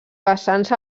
vessants